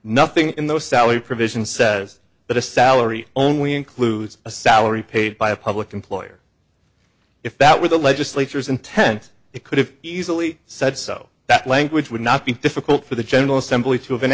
nothing in the salary provision says that a salary only includes a salary paid by a public employer if that were the legislature's intent it could have easily said so that language would not be difficult for the general assembly to have